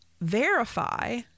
verify